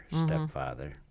stepfather